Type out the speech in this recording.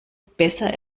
besser